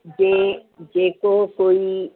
बिहु जेको कोई